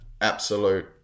absolute